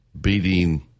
beating